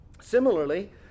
Similarly